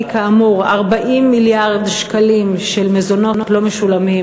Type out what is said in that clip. כאמור 40 מיליארד שקלים של מזונות לא משולמים,